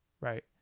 Right